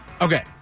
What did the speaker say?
Okay